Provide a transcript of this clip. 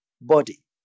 body